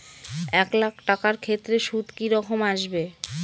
এক লাখ টাকার ক্ষেত্রে সুদ কি রকম আসবে?